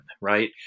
right